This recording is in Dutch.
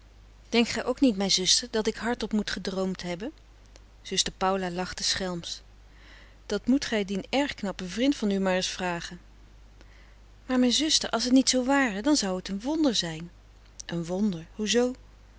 denkt gij ook niet mijn zuster dat ik hardop moet gedroomd hebben zuster paula lachte schelms dat moet gij dien erg knappen vrind van u maar eens vragen maar mijn zuster als het niet zoo ware dan zou het een wonder zijn een wonder hoezoo